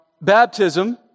baptism